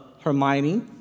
Hermione